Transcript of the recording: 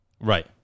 Right